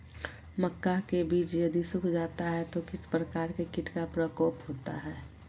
मक्का के बिज यदि सुख जाता है तो किस प्रकार के कीट का प्रकोप होता है?